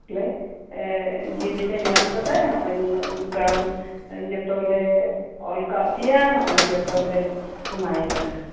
ᱛᱟᱦᱞᱮ ᱮᱻ ᱡᱤᱱᱤᱥᱮ ᱧᱟᱢ ᱠᱟᱫᱟᱭ ᱱᱚᱜ ᱚᱭ ᱱᱩᱱᱟᱹᱜ ᱜᱟᱱ ᱡᱚᱛᱚᱞᱮ ᱚᱞ ᱠᱟᱜ ᱯᱮᱭᱟ ᱦᱚᱸᱜ ᱚᱭ ᱡᱚᱛᱚᱞᱮ ᱮᱢᱟᱭ ᱠᱟᱱᱟ